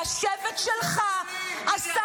שהשבט שלך -- איזה שבט שלי ----- עשה